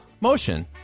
motion